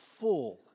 full